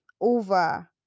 over